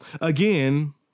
Again